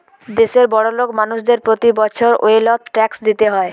দেশের বড়োলোক মানুষদের প্রতি বছর ওয়েলথ ট্যাক্স দিতে হয়